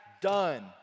done